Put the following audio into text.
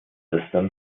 system